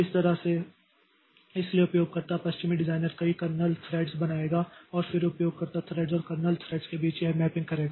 तो इस तरह से इसलिए उपयोगकर्ता पश्चिमी डिज़ाइनर कई कर्नेल थ्रेड्स बनाएगा और फिर उपयोगकर्ता थ्रेड्स और कर्नेल थ्रेड्स के बीच यह मैपिंग करेगा